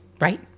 right